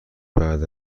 بعد